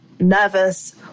nervous